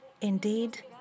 indeed